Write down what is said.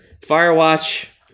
Firewatch